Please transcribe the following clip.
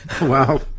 Wow